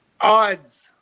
Odds